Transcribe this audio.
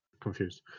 confused